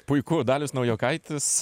puiku dalius naujokaitis